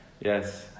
Yes